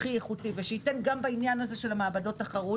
הכי איכותי ושייתן גם בעניין הזה של המעבדות תחרות